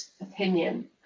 opinion